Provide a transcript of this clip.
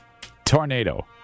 Tornado